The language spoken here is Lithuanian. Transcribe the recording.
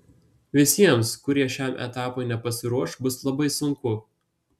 visiems kurie šiam etapui nepasiruoš bus labai sunku